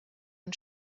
une